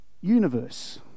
universe